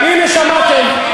הנה שמעתם,